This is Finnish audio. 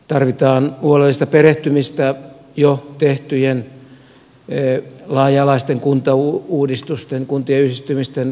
tarvitaan huolellista perehtymistä jo tehtyjen laaja alaisten kuntauudistusten kuntien yhdistymisten kokemuksiin